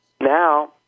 now